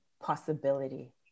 possibility